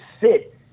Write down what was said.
sit